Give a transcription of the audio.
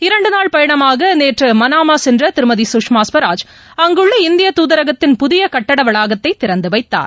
இரண்டுநாள் பயணமாகநேற்றுமனாமாசென்றதிருமதி சுஷ்மா ஸ்வராஜ் அங்குள்ள இந்திய தூதரகத்தின் புதியகட்டடவளாகத்தைதிறந்துவைத்தார்